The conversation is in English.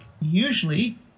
usually